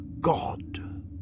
God